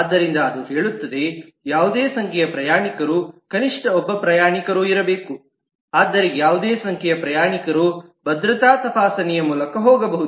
ಆದ್ದರಿಂದ ಅದು ಹೇಳುತ್ತದೆ ಯಾವುದೇ ಸಂಖ್ಯೆಯ ಪ್ರಯಾಣಿಕರು ಕನಿಷ್ಠ ಒಬ್ಬ ಪ್ರಯಾಣಿಕರೂ ಇರಬೇಕು ಆದರೆ ಯಾವುದೇ ಸಂಖ್ಯೆಯ ಪ್ರಯಾಣಿಕರು ಭದ್ರತಾ ತಪಾಸಣೆಯ ಮೂಲಕ ಹೋಗಬಹುದು